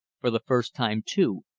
for the first time, too,